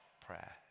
prayer